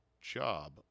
job